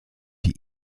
die